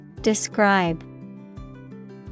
Describe